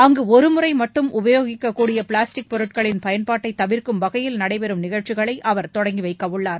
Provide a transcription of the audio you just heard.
அங்கு ஒருமுறை மட்டும் உபயோகிக்கக்கூடிய பிளாஸ்டிக் பொருட்களின் பயன்பாட்டை தவிர்க்கும் வகையில் நடைபெறும் நிகழ்ச்சிகளை அவர் தொடங்கி வைக்கவுள்ளார்